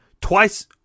twice